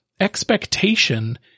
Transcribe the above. expectation